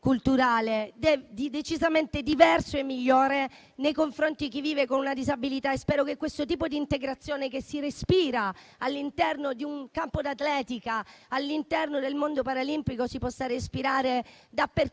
approccio decisamente diverso e migliore nei confronti di chi vive con una disabilità. Spero che questo tipo di integrazione che si respira all'interno di un campo d'atletica e all'interno del mondo paralimpico si possa respirare